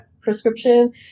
prescription